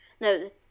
No